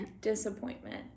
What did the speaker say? Disappointment